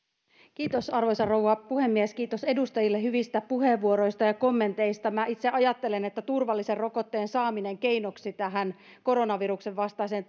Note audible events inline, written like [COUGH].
arvoisa rouva puhemies kiitos edustajille hyvistä puheenvuoroista ja kommenteista minä itse ajattelen että turvallisen rokotteen saaminen keinoksi tähän koronaviruksen vastaiseen [UNINTELLIGIBLE]